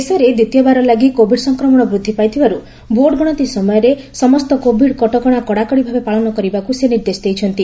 ଦେଶରେ ଦ୍ୱିତୀୟବାର ଲାଗି କୋବିଡ୍ ସଂକ୍ରମଣ ବୃଦ୍ଧି ପାଇଥିବାରୁ ଭୋଟ୍ ଗଣତି ସମୟରେ ସମସ୍ତ କୋଭିଡ କଟକଣାର କଡ଼ାକଡ଼ି ଭାବେ ପାଳନ କରିବାକୁ ସେ ନିର୍ଦ୍ଦେଶ ଦେଇଛନ୍ତି